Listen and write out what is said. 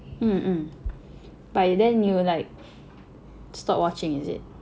mm mm by then you like stop watching is it